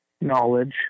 knowledge